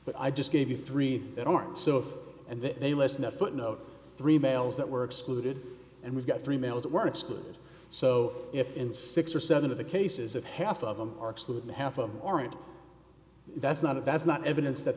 but i just gave you three that aren't so and that they listen to footnote three males that were excluded and we've got three males that were excluded so if in six or seven of the cases of half of them are excluded half of them aren't that's not of that's not evidence that